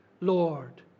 Lord